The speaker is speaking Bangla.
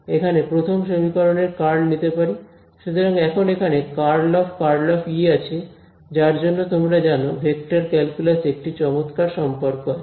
সুতরাং এখন এখানে ∇×∇× E আছে যার জন্য তোমরা জানো ভেক্টর ক্যালকুলাস এ একটি চমৎকার সম্পর্ক আছে